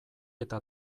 eta